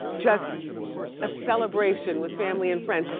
just a celebration with family and friends.